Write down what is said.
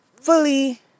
fully